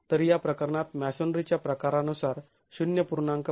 तर या प्रकरणात मॅसोनरीच्या प्रकारानुसार ०